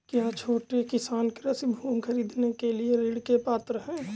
क्या छोटे किसान कृषि भूमि खरीदने के लिए ऋण के पात्र हैं?